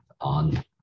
on